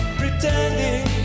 pretending